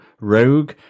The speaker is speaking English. rogue